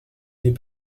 n’est